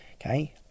okay